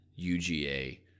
UGA